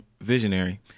visionary